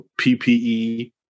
PPE